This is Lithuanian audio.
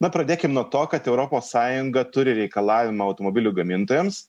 na pradėkim nuo to kad europos sąjunga turi reikalavimą automobilių gamintojams